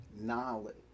knowledge